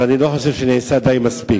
ואני לא חושב שנעשה די, מספיק.